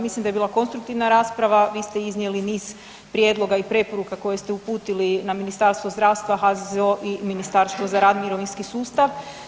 Mislim da je bila konstruktivna rasprava, vi ste iznijeli niz prijedloga i preporuka koje ste uputili na Ministarstvo zdravstva, HZZO i Ministarstvo za rad i mirovinski sustav.